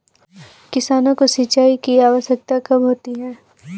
किसानों को सिंचाई की आवश्यकता कब होती है?